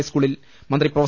ഹൈസ്ക്കൂളിൽ മന്ത്രി പ്രൊഫ